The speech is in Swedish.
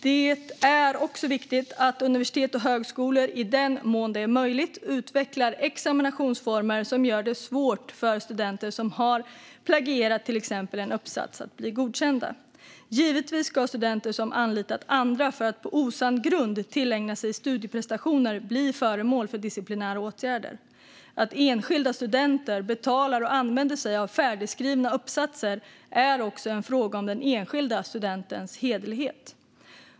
Det är också viktigt att universitet och högskolor i den mån det är möjligt utvecklar examinationsformer som gör det svårt för studenter som har plagierat till exempel en uppsats att bli godkända. Givetvis ska studenter som anlitat andra för att på osann grund tillägna sig studieprestationer bli föremål för disciplinära åtgärder. Att enskilda studenter betalar och använder sig av färdigskrivna uppsatser är också en fråga om den enskilda studentens hederlighet.